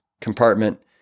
compartment